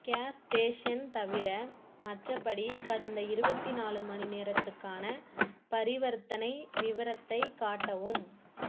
case station தவிர மற்றபடி கடந்த இருபத்தி நாலு மணி நேரத்துக்கான பரிவர்த்தனை விவரத்தை காட்டவும்